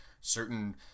certain